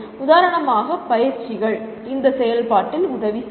உதாரணமாக பயிற்சிகள் இந்த செயல்பாட்டில் உதவி செய்யும்